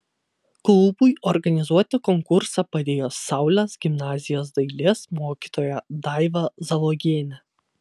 klubui organizuoti konkursą padėjo saulės gimnazijos dailės mokytoja daiva zalogienė